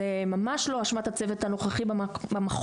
זה ממש לא אשמת הצוות הנוכחי במכון,